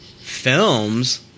films